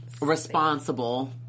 responsible